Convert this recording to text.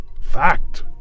Fact